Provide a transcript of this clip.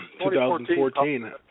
2014